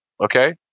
okay